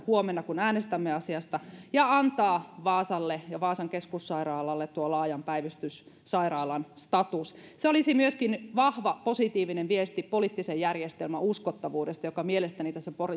huomenna kun äänestämme asiasta ja antaa vaasalle ja vaasan keskussairaalle tuo laajan päivystyssairaalan status se olisi myöskin vahva positiivinen viesti poliittisen järjestelmän uskottavuudesta joka mielestäni tässä